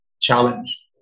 challenge